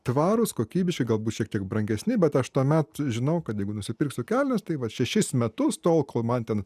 tvarūs kokybiški galbūt šiek tiek brangesni bet aš tuomet žinau kad jeigu nusipirksiu kelnes tai vat šešis metus tol kol man ten